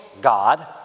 God